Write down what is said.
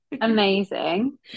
amazing